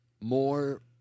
more